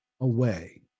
away